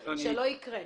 שלא יקרה.